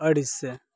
अडीचशे